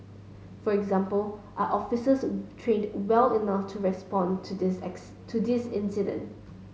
for example are officers trained well enough to respond to these to these incident